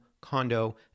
condo